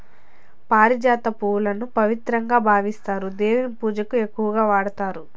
పారిజాత పువ్వులను పవిత్రంగా భావిస్తారు, దేవుని పూజకు ఎక్కువగా వాడతారు